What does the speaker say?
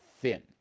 thin